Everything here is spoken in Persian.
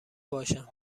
باشم